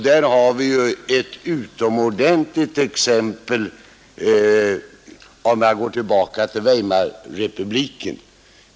Där har vi nu ett utomordentligt exempel, om vi går tillbaka till Weimarrepubliken.